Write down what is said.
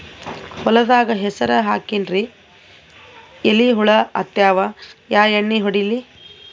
ಹೊಲದಾಗ ಹೆಸರ ಹಾಕಿನ್ರಿ, ಎಲಿ ಹುಳ ಹತ್ಯಾವ, ಯಾ ಎಣ್ಣೀ ಹೊಡಿಲಿ?